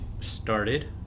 started